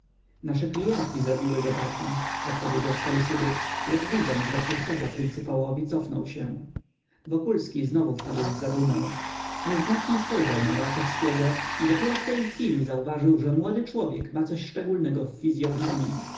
nasze klientki zrobiły go takim odpowiedział stary subjekt lecz widząc że przeszkadza pryncypałowi cofnął się wokulski znowu wpadł w zadumę nieznacznie spojrzał na mraczewskiego i dopiero w tej chwili zauważył że młody człowiek ma coś szczególnego